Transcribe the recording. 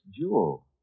jewel